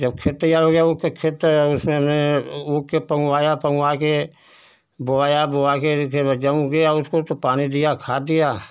जब खेत तैयार हो गया ऊख के खेत उसमें हमने ऊख के पंगवाया पंगवा के बोवाया बोवा के तो फिर जम गया उसको तो पानी दिया खाद दिया